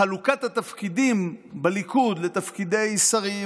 חלוקת התפקידים בליכוד לתפקידי שרים